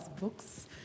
Books